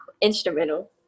instrumental